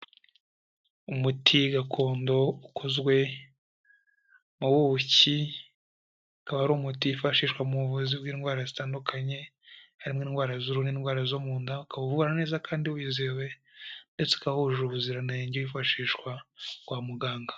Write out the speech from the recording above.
Umuti gakondo ukozwe m'ubuki, ukaba ari umuti wifashishwa mu buvuzi bw'indwara zitandukanye; harimo indwara zuruhu, indwara zo munda. Ukavura neza kandi wizewe, ndetse ukaba wujuje ubuziranenge wifashishwa kwa muganga.